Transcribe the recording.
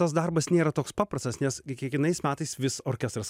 tas darbas nėra toks paprastas nes gi kiekvienais metais vis orkestras